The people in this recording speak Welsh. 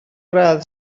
gradd